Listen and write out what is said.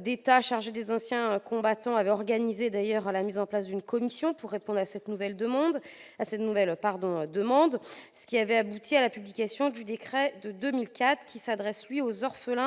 d'État chargé des anciens combattants avait organisé la mise en place d'une commission pour répondre à cette nouvelle demande, ce qui avait abouti à la publication du décret de 2004, lequel s'adresse aux orphelins